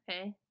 okay